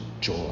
joy